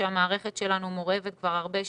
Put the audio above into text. שהמערכת שלנו מורעבת כבר הרבה שנים,